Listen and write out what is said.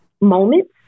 moments